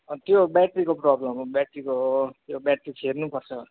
अँ त्यो ब्याट्रीको प्रब्लम हो ब्याट्रीको हो त्यो ब्याट्री फेर्नु पर्छ